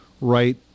right